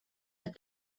that